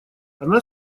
она